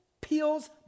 peels